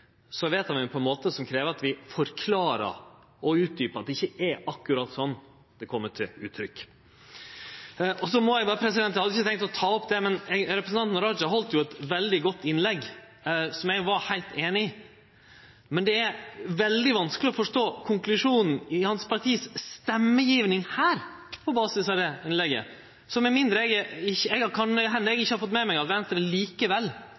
ein ho på ein måte som krev at ein forklarer og utdjupar. Det er ikkje akkurat slik som det kjem til uttrykk. Eg hadde ikkje tenkt å ta opp dette, men representanten Raja heldt eit veldig godt innlegg, som eg var heilt einig i. Men det er veldig vanskeleg å forstå konklusjonen i stemmegjevinga til partiet hans på basis av det innlegget. Det kan hende eg ikkje har fått med meg at Venstre likevel